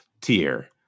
tier